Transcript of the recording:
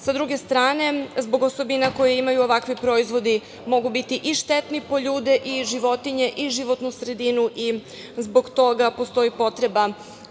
druge strane, zbog osobina koje imaju ovakvi proizvodi mogu biti i štetni po ljude i životinje i životnu sredinu. Zbog toga postoji potreba